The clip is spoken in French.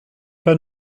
pas